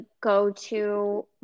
go-to